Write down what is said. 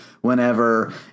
whenever